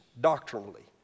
doctrinally